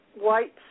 white